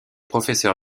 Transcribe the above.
professeur